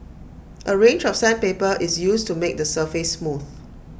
A range of sandpaper is used to make the surface smooth